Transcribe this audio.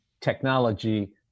technology